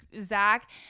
Zach